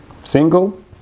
single